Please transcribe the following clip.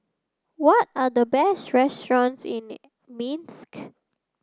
what are the best restaurants in Minsk